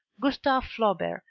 gustave flaubert,